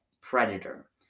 predator